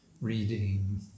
reading